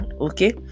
okay